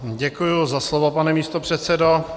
Děkuji za slovo, pane místopředsedo.